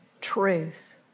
truth